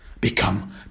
become